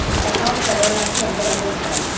Account తెరవడానికి ఎంత డబ్బు ఉండాలి?